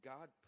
God